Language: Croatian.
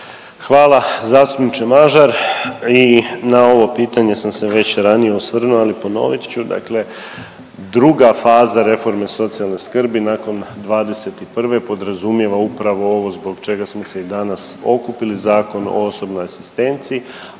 Hvala zastupniče Mažar. I na ovo pitanje sam se već ranije osvrnuo, ali ponovit ću. Dakle, druga faza reforme socijalne skrbi nakon 2021. podrazumijeva upravo ovo zbog čega smo se i danas okupili Zakon o osobnoj asistenciji,